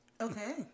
Okay